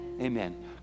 Amen